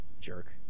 jerk